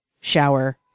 shower